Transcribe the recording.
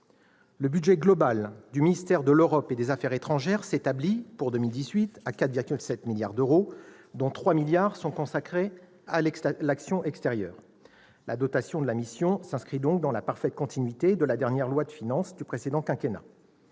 de budget global du ministère de l'Europe et des affaires étrangères s'établit pour 2018 à 4,7 milliards d'euros, dont 3 milliards d'euros seront consacrés à l'action extérieure. La dotation de la mission s'inscrit donc dans la parfaite continuité de la dernière loi de finances du précédent quinquennat.